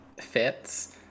fits